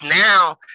now